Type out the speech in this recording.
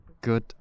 good